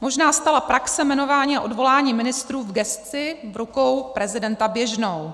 možná stala praxe jmenování a odvolání ministrů v gesci v rukou prezidenta běžnou.